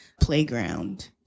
playground